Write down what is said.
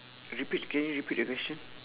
repeat can you repeat the question